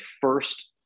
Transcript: first